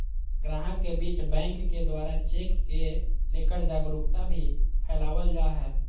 गाहक के बीच बैंक के द्वारा चेक के लेकर जागरूकता भी फैलावल जा है